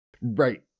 Right